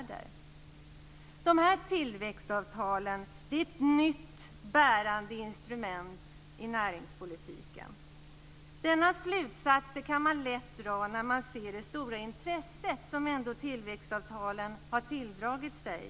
Dessa tillväxtavtal är ett nytt bärande instrument i näringspolitiken. Denna slutsats kan man lätt dra när man ser det stora intresse som tillväxtavtalen har tilldragit sig.